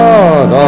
God